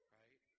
right